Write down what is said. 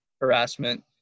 harassment